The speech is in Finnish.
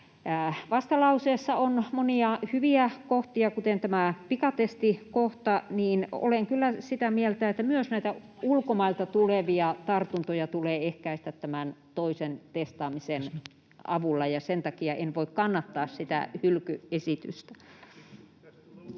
vastalauseessa on monia hyviä kohtia, kuten tämä pikatestikohta, niin olen kyllä sitä mieltä, että myös ulkomailta tulevia tartuntoja tulee ehkäistä tämän toisen testaamisen avulla, ja sen takia en voi kannattaa sitä hylkyesitystä.